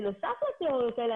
בנוסף לתיאוריות האלה,